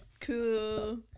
cool